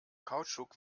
kautschuk